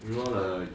you know the